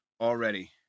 already